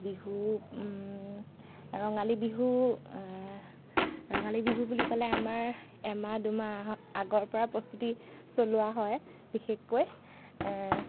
আমাৰ বিহু ৰঙালী বিহু ৰঙালী বিহু বুলি ক'লে আমাৰ এমাহ দুমাহ আগৰ পৰাই প্ৰস্তুতি চলোৱা হয় বিশেষকৈ